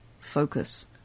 focus